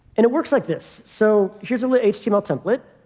and it works like this. so here's a lit-html template.